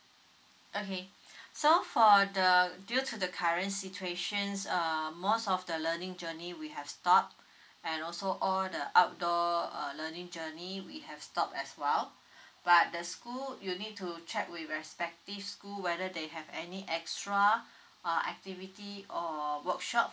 okay so for the due to the current situations um most of the learning journey we have stop and also all the outdoor uh learning journey we have stop as well but the school you need to check with respective school whether they have any extra uh activity or workshop